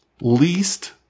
least